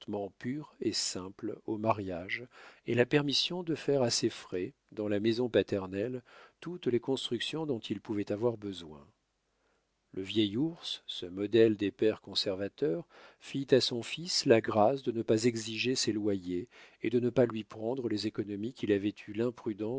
pur et simple au mariage et la permission de faire à ses frais dans la maison paternelle toutes les constructions dont il pouvait avoir besoin le vieil ours ce modèle des pères conservateurs fit à son fils la grâce de ne pas exiger ses loyers et de ne pas lui prendre les économies qu'il avait eu